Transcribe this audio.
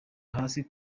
hasi